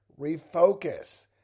Refocus